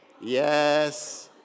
Yes